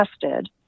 tested